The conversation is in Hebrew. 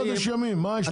ימים.